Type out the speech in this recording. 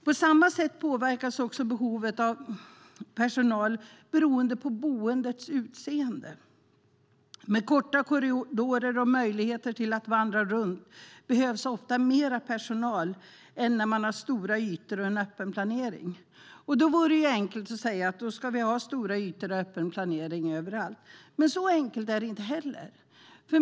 På samma sätt påverkas också behovet av personal beroende på boendets utseende. Med korta korridorer och möjligheter att vandra runt behövs ofta mer personal än när man har stora ytor och öppen planering. Då vore det enkelt att säga att man ska ha stora ytor och öppen planering överallt, men så enkelt är det inte.